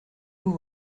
vous